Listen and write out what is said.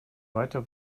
weiter